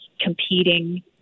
competing